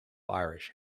irish